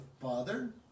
father